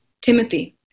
Timothy